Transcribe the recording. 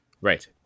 Right